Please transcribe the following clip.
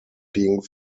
being